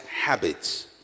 habits